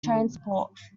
transport